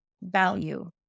value